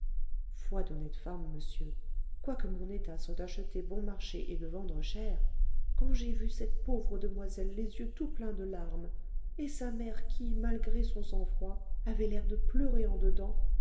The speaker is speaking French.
foi d'honnête femme monsieur quoique mon état soit d'acheter bon marché et de vendre cher quand j'ai vu cette pauvre demoiselle les yeux tout pleins de larmes et sa mère qui malgré son sang-froid avait l'air de pleurer en dedans